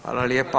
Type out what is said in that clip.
Hvala lijepo.